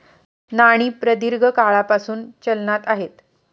नाणी प्रदीर्घ काळापासून चलनात आहेत